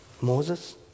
Moses